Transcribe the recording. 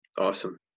awesome